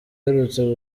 aherutse